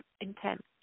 intent